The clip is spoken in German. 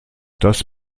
das